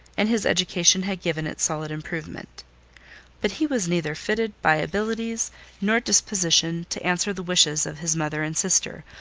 and his education had given it solid improvement but he was neither fitted by abilities nor disposition to answer the wishes of his mother and sister,